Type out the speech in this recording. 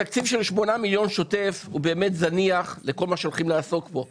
התקציב של 8 מיליון שוטף הוא באמת זניח לכל מה שהולכים לעסוק בו.